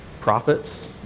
prophets